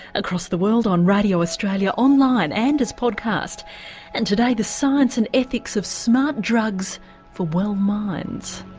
across the world on radio australia, online and as podcast and today the science and ethics of smart drugs for well minds.